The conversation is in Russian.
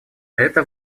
это